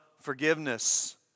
forgiveness